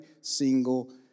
single